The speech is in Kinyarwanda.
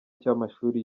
cy’amashuri